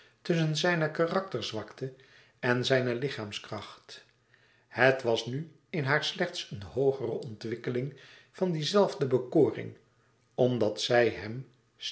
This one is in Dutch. tusschen zijne karakterzwakte en zijne lichaamskracht het was nu in haar slechts eene hoogere ontwikkeling van die zelfde bekoring omdat zij hem